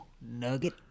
nugget